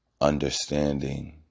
understanding